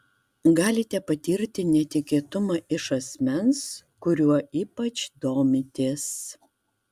galite patirti netikėtumą iš asmens kuriuo ypač domitės